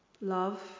Love